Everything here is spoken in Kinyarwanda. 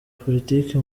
politiki